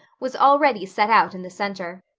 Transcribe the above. was already set out in the center.